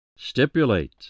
Stipulate